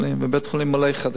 ובית-חולים מלא חיידקים.